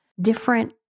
different